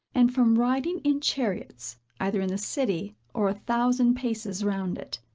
and from riding in chariots, either in the city, or a thousand paces round it.